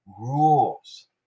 rules